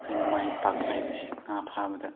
ꯑꯩꯅ ꯃꯥꯏ ꯄꯥꯛꯄ ꯍꯥꯏꯕꯁꯤ ꯉꯥ ꯐꯥꯕꯗ